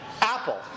apple